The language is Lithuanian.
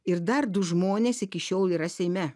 ir dar du žmonės iki šiol yra seime